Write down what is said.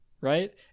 right